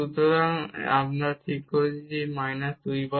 সুতরাং আমরা 2 বার মাইনাস করবো